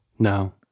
No